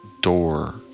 door